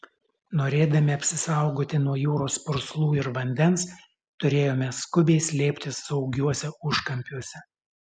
norėdami apsisaugoti nuo jūros purslų ir vandens turėjome skubiai slėptis saugiuose užkampiuose